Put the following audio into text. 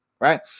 right